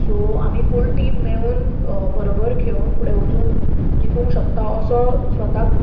so आमी full team मेळून बरोबर खेळून फुडें वडून जिखूंक शकता असो स्वताक